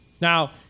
Now